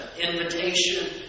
invitation